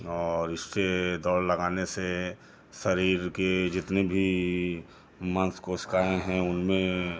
और इससे दौड़ लगाने से शरीर के जितनी भी मांस कोशिकाएँ हैं उनमें